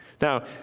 Now